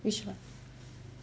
which [one]